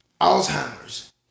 Alzheimer's